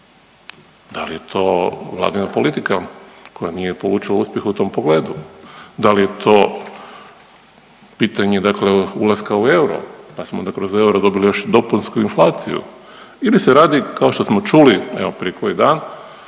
Da li je to vladina politika koja nije polučila uspjeh u tom pogledu, da li je to pitanje, dakle ulaska u euro? Pa smo onda kroz euro dobili još dopunsku inflaciju ili se radi kao što smo čuli evo prije koji dan